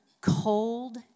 cold